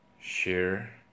share